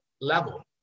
level